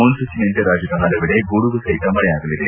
ಮೂನ್ಲಚನೆಯಂತೆ ರಾಜ್ಯದ ಪಲವೆಡೆ ಗುಡುಗು ಸಹಿತ ಮಳೆಯಾಗಲಿದೆ